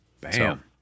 Bam